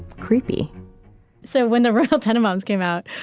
creepy so when the royal tenenbaums came out,